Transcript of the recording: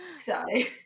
Sorry